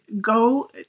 go